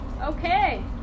Okay